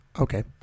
Okay